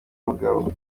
mugabo